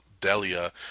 Delia